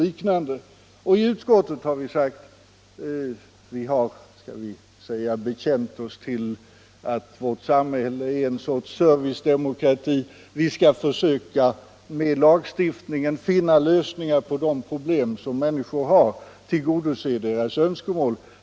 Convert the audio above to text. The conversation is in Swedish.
Vi har också i utskottet bekänt oss till den uppfattningen att vårt samhälle är en sorts servicedemokrati, och vi har sagt att vi skall försöka att med lagstiftningens hjälp finna lösningar på dessa människors problem och tillgodose deras önskemål.